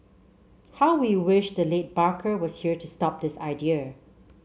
how we wish the late Barker was here to stop this idea